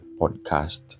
podcast